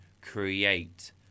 create